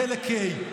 חלק ה'.